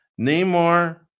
Neymar